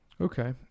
Okay